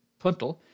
Puntel